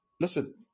Listen